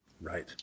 Right